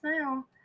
now